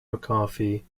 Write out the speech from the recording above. mccarthy